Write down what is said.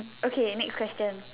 okay next question